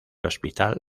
hospital